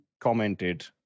commented